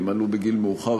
אם עלו בגיל מאוחר,